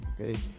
Okay